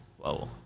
Whoa